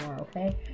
okay